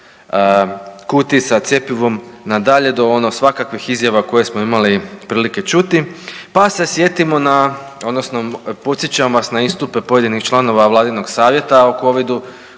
kutiji sa cjepivom na dalje do ono svakakvih izjava koje smo imali prilike čuti, pa se sjetimo na odnosno podsjećam vas na istupe pojedinih članova vladinog savjeta o covidu